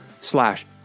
slash